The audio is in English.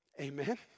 Amen